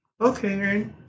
Okay